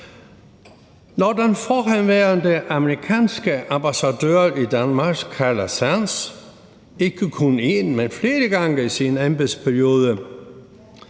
Når den forhenværende amerikanske ambassadør i Danmark, Carla Sands, ikke kun en, men flere gange i sin embedsperiode